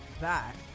back